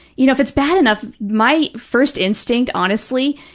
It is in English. you know, if it's bad enough, my first instinct, honestly,